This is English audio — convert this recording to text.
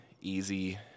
easy